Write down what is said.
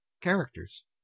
CHARACTERS